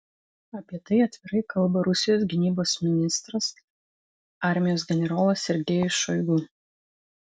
apie tai atvirai kalba rusijos gynybos ministras armijos generolas sergejus šoigu